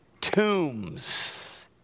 Tombs